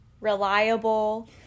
reliable